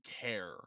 care